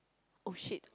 !oh shit!